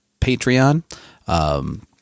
Patreon